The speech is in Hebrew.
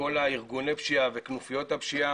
כל ארגוני הפשיעה וכנופיות הפשיעה,